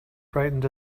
brightened